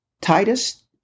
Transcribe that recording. Titus